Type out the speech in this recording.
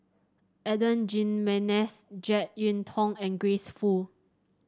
Adan Jimenez JeK Yeun Thong and Grace Fu